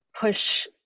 push